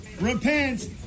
Repent